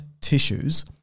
tissues